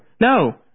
No